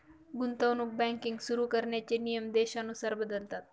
गुंतवणूक बँकिंग सुरु करण्याचे नियम देशानुसार बदलतात